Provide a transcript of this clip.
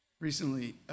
recently